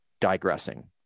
digressing